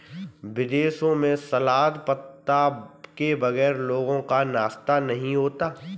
विदेशों में सलाद पत्ता के बगैर लोगों का नाश्ता ही नहीं होता